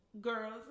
girls